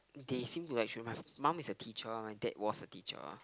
they seem to actually my mum is a teacher my dad was a teacher